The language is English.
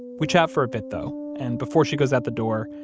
we chat for a bit, though. and before she goes out the door,